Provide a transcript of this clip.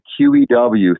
QEW